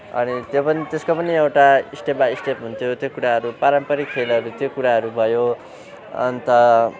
अनि त्यो पनि त्यसको पनि एउटा स्टेप बाइ स्टेप हुन्थ्यो त्यो कुराहरू पारम्परिक खेलहरू त्यो कुराहरू भयो अन्त